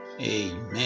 amen